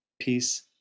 Peace